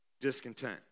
discontent